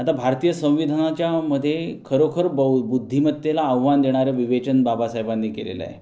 आता भारतीय संविधानाच्यामध्ये खरोखर बौ बुद्धिमत्तेला आव्हान देणारं विवेचन बाबासाहेबांनी केलेलं आहे